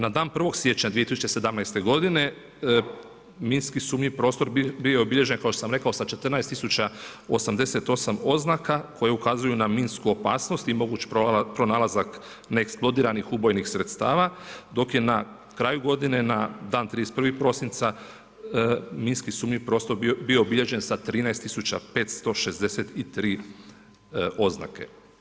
Na dan 1. siječnja 2017. godine minski sumnjivi prostor bio je obilježen kao što sam rekao sa 14.088 oznaka koje ukazuju na minsku opasnost i moguć pronalazak neeksplodiranih ubojnih sredstava dok je na kraju godine na dan 31. prosinca minski sumnjivi prostor bio obilježen sa 13.563 oznake.